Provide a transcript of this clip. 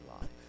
life